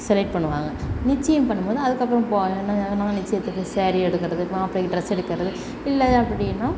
select பண்ணுவாங்க நிச்சயம் பண்ணும் போது அதுக்கப்புறம் போ என்ன நிச்சயதுக்கு ஸேரீ எடுக்கிறது மாப்பிளைக்கு ட்ரெஸ் எடுக்கிறது இல்லை அப்படின்னா